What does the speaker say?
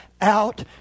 out